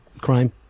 crime